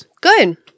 good